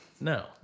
No